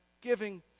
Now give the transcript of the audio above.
giving